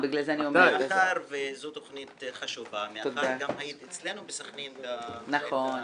מאחר שזו תכנית חשובה ומאחר שהיית גם אצלנו בסכנין ב --- נכון.